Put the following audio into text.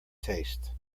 taste